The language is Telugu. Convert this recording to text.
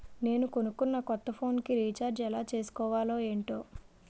నేను కొనుకున్న కొత్త ఫోన్ కి రిచార్జ్ ఎలా చేసుకోవాలో ఏంటో